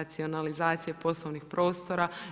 racionalizacije poslovnih prostora.